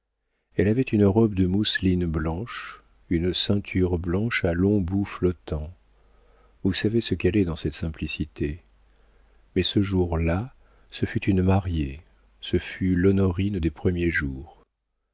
elle avait une robe de mousseline blanche une ceinture blanche à longs bouts flottants vous savez ce qu'elle est dans cette simplicité mais ce jour-là ce fut une mariée ce fut l'honorine des premiers jours